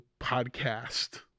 podcast